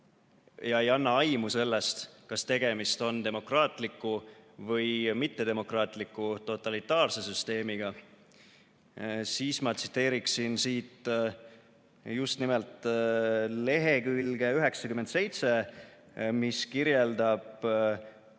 ega anna aimu sellest, kas tegemist on demokraatliku või mittedemokraatliku, totalitaarse süsteemiga, ma tsiteeriksin siit just nimelt lehekülge 97, mis kirjeldab